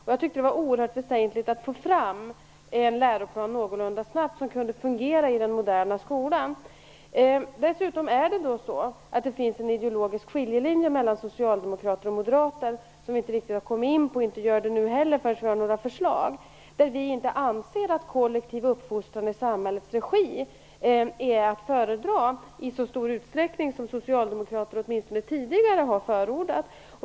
Jag tyckte att det var oerhört väsentligt att någorlunda snabbt få fram en läroplan som kunde fungera i den moderna skolan. Dessutom finns det en ideologisk skiljelinje mellan socialdemokrater och moderater som vi inte riktigt har kommit in på i debatten och inte gör nu heller förrän det finns några förslag. Vi anser inte att kollektiv uppfostran i samhällets regi är att föredra i så stor utsträckning som socialdemokrater åtminstone tidigare har förordat.